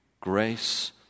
grace